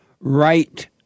right